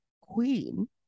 queen